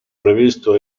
previsto